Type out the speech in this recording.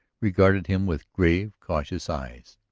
regarded him with grave, curious eyes.